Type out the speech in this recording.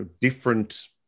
different